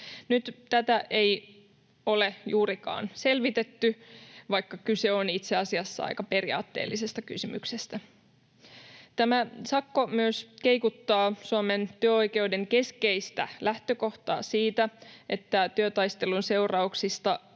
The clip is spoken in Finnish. Nyt tätä ei ole juurikaan selvitetty, vaikka kyse on itse asiassa aika periaatteellisesta kysymyksestä. Tämä sakko myös keikuttaa Suomen työoikeuden keskeistä lähtökohtaa siitä, että työtaistelun seurauksista